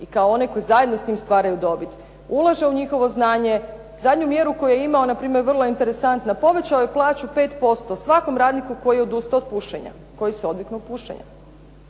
i kao one koji zajedno s njim stvaraju dobit, ulaže u njihovo znanje. Zadnju mjeru koju je imao npr. vrlo je interesantna. Povećao je plaću 5% svakom radniku koji je odustao od pušenja, koji se odvikao pušenja.